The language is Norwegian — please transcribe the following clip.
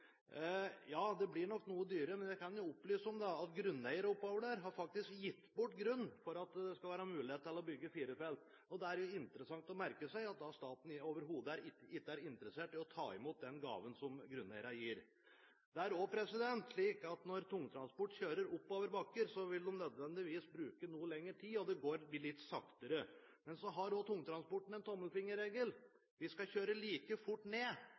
Ja, det blir nok noe dyrere, men jeg kan jo opplyse om at grunneiere oppover der faktisk har gitt bort grunn for at det skal være mulighet til å bygge fire felt. Da er det jo interessant å merke seg at staten overhodet ikke er interessert i å ta imot den gaven som grunneierne gir. Det er også slik at når tungtransport kjører oppover bakker, vil de nødvendigvis bruke noe lengre tid, og det går litt saktere. Men så har også tungtransporten en tommelfingerregel: Vi skal kjøre like fort ned